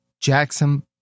Jackson